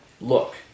Look